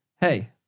Hey